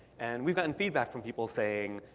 and we've gotten feedback from people saying,